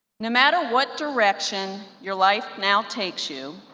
no matter what direction your life now takes you